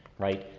right?